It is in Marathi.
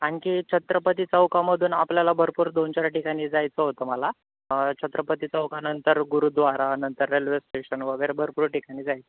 आणखी छत्रपती चौकामधून आपल्याला भरपूर दोन चार ठिकाणी जायचं होतं मला छत्रपती चौकानंतर गुरुद्वारा नंतर रेल्वे स्टेशन वगैरे भरपूर ठिकाणी जायचं